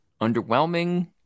underwhelming